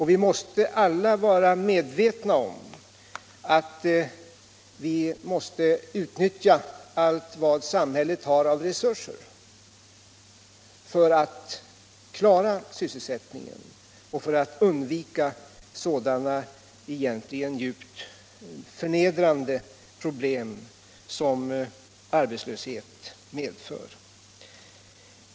Vi måste alla vara medvetna om att vi måste utnyttja allt vad samhället har av resurser för att klara sysselsättningen och för att undvika sådana egentligen djupt förnedrande problem som arbetslöshet medför.